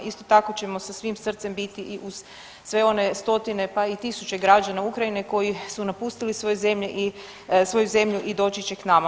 Isto tako ćemo sa svim srcem biti i uz sve one stotine, pa i tisuće građana Ukrajine koji su napustili svoje zemlje i, svoju zemlju i doći će k nama.